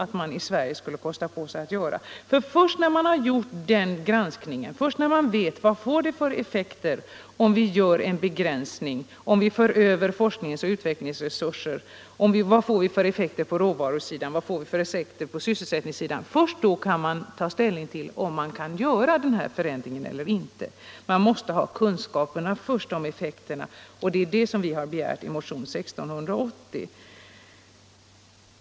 Först när man har skaffat sig kunskap om och granskat vad det får för effekter på råvaruoch sysselsättningssidan av att göra en begränsning och av att föra över forskningsoch utvecklingsresurser kan man ta ställning till om förändringen kan genomföras eller inte. Man måste ha kunskaper om effekterna först, och det är det som vi har begärt i motionen 1680.